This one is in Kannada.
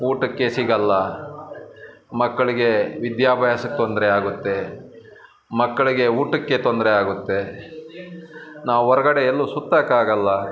ಊಟಕ್ಕೆ ಸಿಗಲ್ಲ ಮಕ್ಕಳಿಗೆ ವಿದ್ಯಾಭ್ಯಾಸಕ್ಕೆ ತೊಂದರೆಯಾಗುತ್ತೆ ಮಕ್ಕಳಿಗೆ ಊಟಕ್ಕೆ ತೊಂದರೆಯಾಗುತ್ತೆ ನಾವು ಹೊರ್ಗಡೆ ಎಲ್ಲೂ ಸುತ್ತಕ್ಕಾಗಲ್ಲ